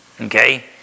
Okay